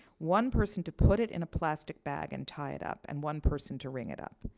one person to put it in a plastic bag and tie it up. and one person to ring it up.